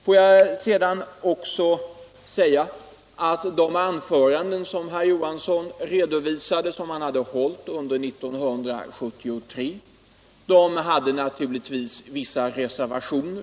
Får jag sedan också säga att de anföranden som herr Johansson redovisade och som han hade hållit under 1973 naturligtvis innehöll vissa reservationer.